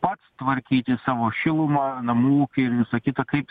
pats tvarkyti savo šilumą namų ūkį ir visa kita kaip